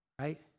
Right